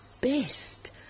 best